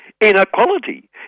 inequality